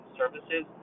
services